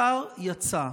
שר יצא,